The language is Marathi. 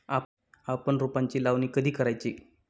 आपण रोपांची लावणी कधी करायची?